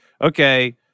okay